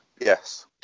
yes